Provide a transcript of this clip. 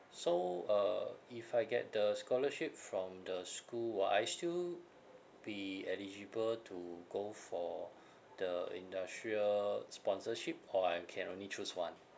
so uh if I get the scholarship from the school will I still be eligible to go for the industrial sponsorship or I can only choose one